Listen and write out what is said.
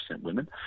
women